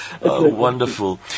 Wonderful